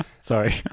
Sorry